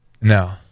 no